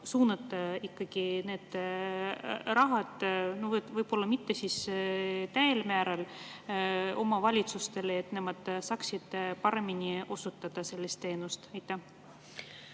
suunata see raha võib-olla mitte täiel määral omavalitsustele, et nad saaksid paremini osutada sellist teenust?